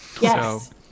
Yes